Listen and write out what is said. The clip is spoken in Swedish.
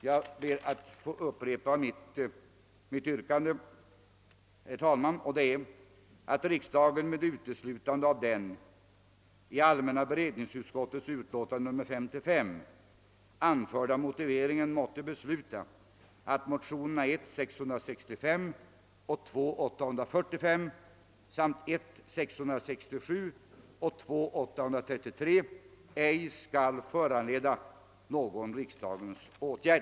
Jag ber, herr talman, att få yrka att riksdagen med uteslutande av den i allmänna beredningsutskottets utlåtande nr 53 anförda motiveringen måtte besluta att motionerna 1:665 och II: 845 samt I: 667 och II: 833 ej skall föranleda någon riksdagens åtgärd.